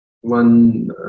one